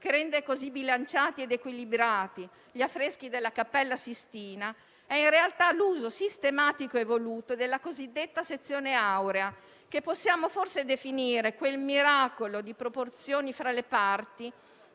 che rende così bilanciati ed equilibrati gli affreschi della Cappella Sistina, è in realtà l'uso sistematico e voluto della cosiddetta sezione aurea. Possiamo definire quest'ultima come quel miracolo di proporzioni fra le parti